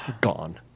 Gone